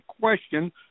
question